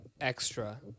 extra